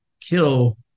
kill